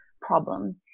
problem